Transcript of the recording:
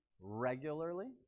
regularly